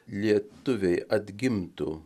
lietuviai atgimtų